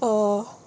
err